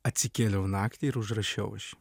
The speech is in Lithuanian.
atsikėliau naktį ir užrašiau aš